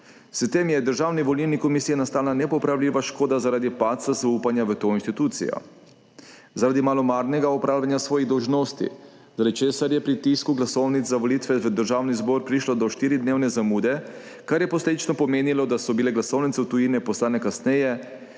S tem je Državni volilni komisiji nastala nepopravljiva škoda zaradi padca zaupanja v to institucijo, zaradi malomarnega opravljanja svojih dolžnosti, zaradi česar je pri tisku glasovnic za volitve v Državni zbor prišlo do štiridnevne zamude, kar je posledično pomenilo, da so bile glasovnice v tujino poslane kasneje